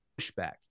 pushback